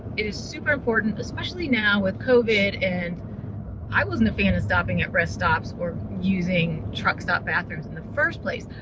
is super important, especially now with covid and i wasn't a fan of stopping at rest stops or using truck stop bathrooms in the first place.